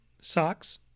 socks